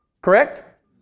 Correct